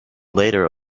later